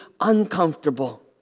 uncomfortable